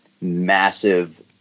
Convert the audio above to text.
massive